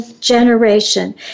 generation